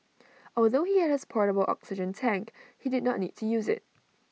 although he had his portable oxygen tank he did not need to use IT